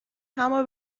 همو